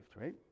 right